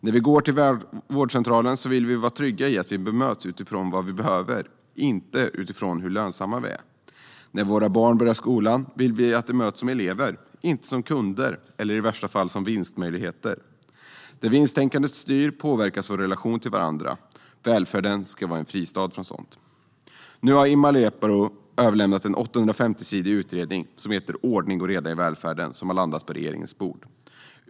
När vi går till vårdcentralen vill vi vara trygga i att vi bemöts utifrån vad vi behöver, inte utifrån hur lönsamma vi är. När våra barn börjar i skolan vill vi att de möts som elever, inte som kunder eller i värsta fall som vinstmöjligheter. Där vinsttänkandet styr påverkas våra relationer till varandra. Välfärden ska vara en fristad från sådant. Nu har Ilmar Reepalu överlämnat en utredning på 850 sidor som heter Ordning och reda i välfärden och som har landat på regeringens bord.